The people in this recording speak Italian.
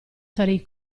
sarei